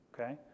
okay